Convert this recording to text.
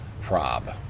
Prob